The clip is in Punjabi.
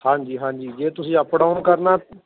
ਹਾਂਜੀ ਹਾਂਜੀ ਜੇ ਤੁਸੀਂ ਅਪ ਡਾਊਨ ਕਰਨਾ